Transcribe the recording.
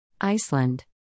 Iceland